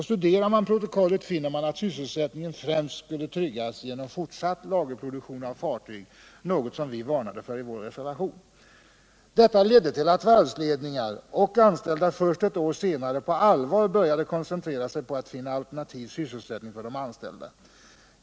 Studerar man protokollet finner man att sysselsättningen främst skulle tryggas genom fortsatt lagerproduktion av fartyg, något som vi varnade för i vår reservation. Detta ledde till att varvsledningar och anställda först ett år senare på allvar började koncentrera sig på att finna alternativ sysselsättning för de anställda.